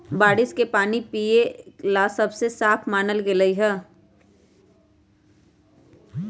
बारिश के पानी पिये ला सबसे साफ मानल गेलई ह